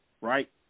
right